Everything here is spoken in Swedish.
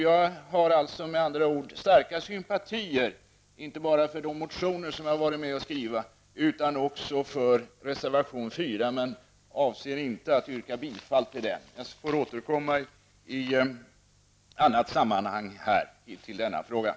Jag har med andra ord starka sympatier inte bara för de motioner jag har varit med om att skriva utan också för reservation 4, men jag avser inte att yrka bifall till någondera. Jag får återkomma till frågan i ett annat sammanhang.